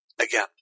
again